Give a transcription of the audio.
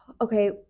okay